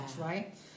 right